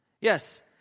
Yes